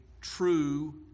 true